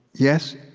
yes,